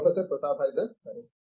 professor Pratap Haridas సరే